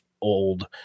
old